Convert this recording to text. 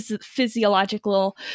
physiological